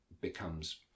becomes